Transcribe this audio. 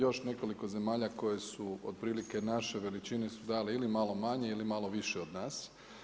Još nekoliko zemalja koje su otprilike naše veličine su dale ili malo manje ili malo više od nas.